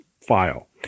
file